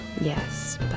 Yes